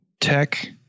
Tech